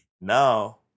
Now